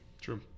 True